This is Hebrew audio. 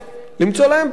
למצוא להם פתרונות,